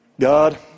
God